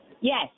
Yes